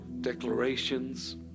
declarations